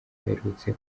aherutse